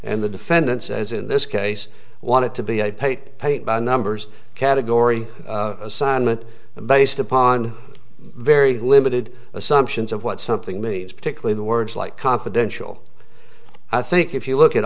and the defendants as in this case wanted to be a paid paint by numbers category assignment based upon very limited assumptions of what something means particularly the words like confidential i think if you look at